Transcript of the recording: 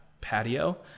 patio